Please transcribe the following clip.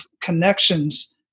connections